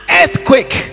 earthquake